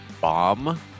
Bomb